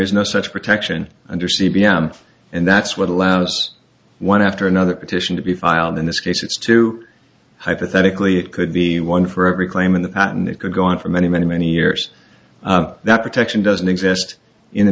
is no such protection under c b s and that's what allows one after another petition to be filed in this case it's too hypothetically it could be one for every claim in the past and it could go on for many many many years that protection doesn't exist in the